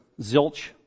Zilch